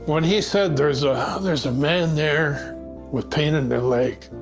when he said there is ah ah there is a man there with pain in their leg,